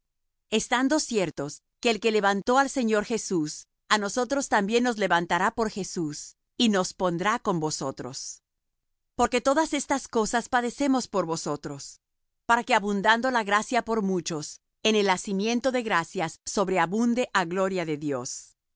estando ciertos que el que levantó al señor jesús á nosotros también nos levantará por jesús y nos pondrá con vosotros porque todas estas cosas padecemos por vosotros para que abundando la gracia por muchos en el hacimiento de gracias sobreabunde á gloria de dios